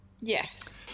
Yes